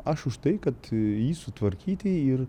aš už tai kad jį sutvarkyti ir